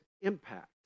impact